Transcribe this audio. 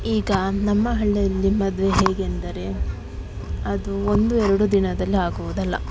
ಈಗ ನಮ್ಮ ಹಳ್ಳಿಯಲ್ಲಿ ಮದುವೆ ಹೇಗೆಂದರೆ ಅದು ಒಂದು ಎರಡು ದಿನದಲ್ಲಿ ಆಗುವುದಲ್ಲ